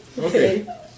Okay